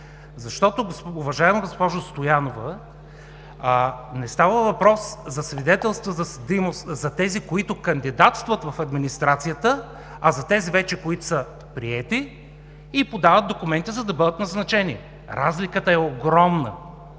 Защото, уважаема госпожо Стоянова, не става въпрос за свидетелства за съдимост за тези, които кандидатстват в администрацията, а за тези, които вече са приети и подават документи, за да бъдат назначени. Разликата е огромна.